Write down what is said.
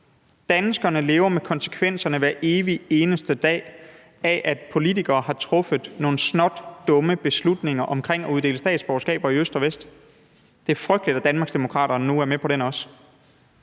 Danskerne lever hver evig eneste dag med konsekvenserne af, at politikere har truffet nogle snotdumme beslutninger om at uddele statsborgerskaber i øst og vest. Det er frygteligt, at Danmarksdemokraterne nu er med på den også.